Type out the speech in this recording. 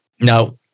Now